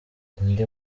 indi